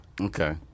Okay